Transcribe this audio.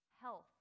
health